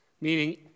meaning